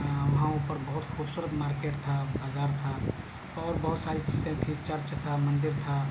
وہاں اوپر بہت خوبصورت مارکیٹ تھا بازار تھا اور بہت ساری چیزیں تھیں چرچ تھا مندر تھا